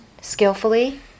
skillfully